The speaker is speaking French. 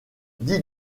dix